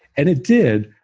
and it did,